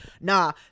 nah